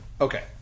Okay